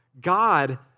God